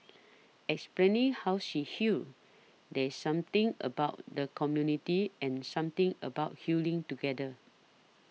explaining how she healed there's something about the community and something about healing together